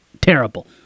terrible